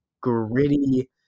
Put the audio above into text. gritty